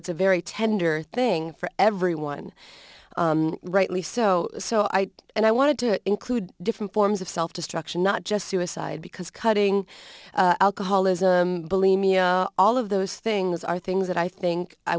it's a very tender thing for everyone rightly so so i and i wanted to include different forms of self destruction not just suicide because cutting alcoholism all of those things are things that i think i